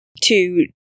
to-